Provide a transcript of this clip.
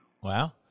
wow